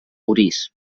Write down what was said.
orís